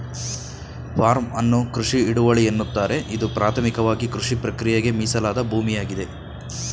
form ಅನ್ನು ಕೃಷಿ ಹಿಡುವಳಿ ಎನ್ನುತ್ತಾರೆ ಇದು ಪ್ರಾಥಮಿಕವಾಗಿಕೃಷಿಪ್ರಕ್ರಿಯೆಗೆ ಮೀಸಲಾದ ಭೂಮಿಯಾಗಿದೆ